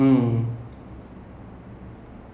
it um I forgot what it is